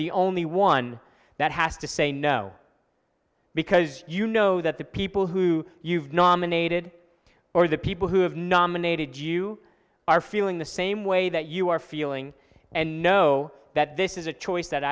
the only one that has to say no because you know that the people who you've nominated or the people who have nominated you are feeling the same way that you are feeling and know that this is a choice that